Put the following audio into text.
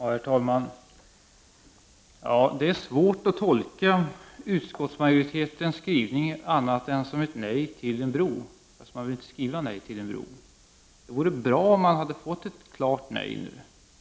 Herr talman! Det är svårt att tolka utskottsmajoritetens skrivning på något annat sätt än som ett nej till en bro, fast man inte vill skriva det rent ut. Det hade varit bra om man hade fått ett klart nej nu.